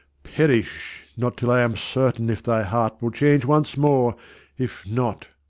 perish not till i am certain if thy heart will change once more if not,